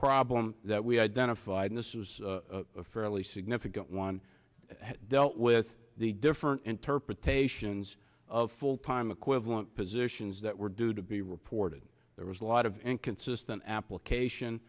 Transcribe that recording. problem that we identified in this was a fairly significant one dealt with the different interpretations of full time equivalent positions that were due to be reported there was a lot of and consistent application